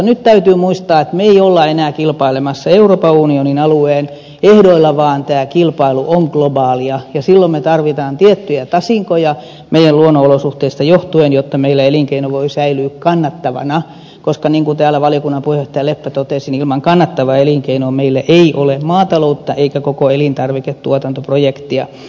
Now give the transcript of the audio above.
nyt täytyy muistaa että me emme ole enää kilpailemassa euroopan unionin alueen ehdoilla vaan tämä kilpailu on globaalia ja silloin me tarvitsemme tiettyjä tasinkoja meidän luonnonolosuhteista johtuen jotta meillä elinkeino voi säilyä kannattavana koska niin kuin täällä valiokunnan puheenjohtaja leppä totesi ilman kannattavaa elinkeinoa meillä ei ole maataloutta eikä koko elintarviketuotantoprosessia